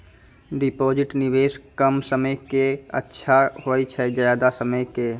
Deposit निवेश कम समय के के अच्छा होय छै ज्यादा समय के?